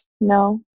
No